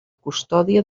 custòdia